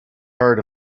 heard